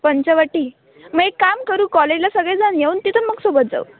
पंचवटी मग एक काम करू कॉलेजला सगळे जाऊन येऊन तिथून मग सोबत जाऊ